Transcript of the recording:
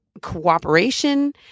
cooperation